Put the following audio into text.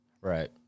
Right